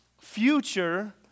future